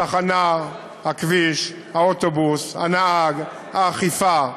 התחנה, הכביש, האוטובוס, הנהג, האכיפה,